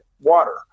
water